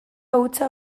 hutsa